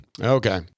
okay